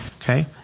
Okay